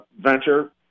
venture